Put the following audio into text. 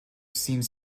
seems